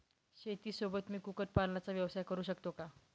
शेतीसोबत मी कुक्कुटपालनाचा व्यवसाय करु शकतो का?